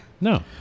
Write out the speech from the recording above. no